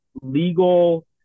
legal